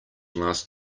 last